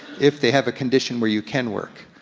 if they have a condition where you can work.